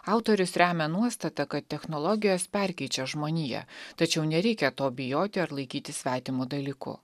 autorius remia nuostatą kad technologijos perkeičia žmoniją tačiau nereikia to bijoti ar laikyti svetimu dalyku